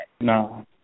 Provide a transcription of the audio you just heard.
No